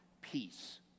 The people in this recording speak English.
peace